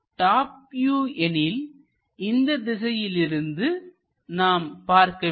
top view எனில் இந்த திசையில் இருந்து நாம் பார்க்க வேண்டும்